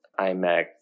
iMac